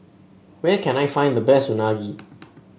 where can I find the best Unagi